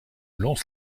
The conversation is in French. lons